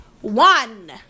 one